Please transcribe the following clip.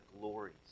glories